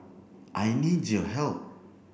I need your help